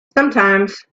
sometimes